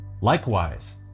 likewise